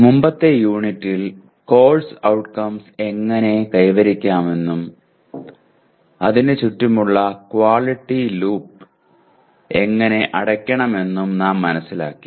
മുമ്പത്തെ യൂണിറ്റിൽ course outcomes എങ്ങനെ കൈവരിക്കാമെന്നും CO കൾക്ക് ചുറ്റുമുള്ള ക്വാളിറ്റി ലൂപ്പ് എങ്ങനെ അടയ്ക്കണമെന്നും നാം മനസ്സിലാക്കി